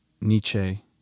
Nietzsche